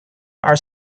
are